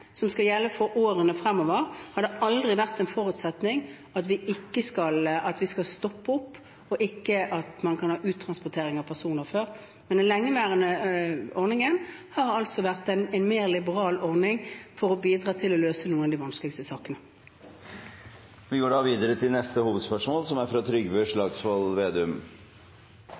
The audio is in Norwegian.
forutsetning at vi skal stoppe opp og ikke ha uttransportering av personer. Den lengeværende ordningen har altså vært en mer liberal ordning for å bidra til å løse noen av de vanskeligste sakene. Vi går videre til neste hovedspørsmål. Helseminister Høie sa mandag på Politisk kvarter i NRK at det er veldig klare rapporter fra